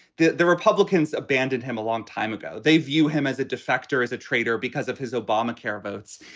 the the republicans abandoned him a long time ago they view him as a defector, as a traitor because of his obamacare votes.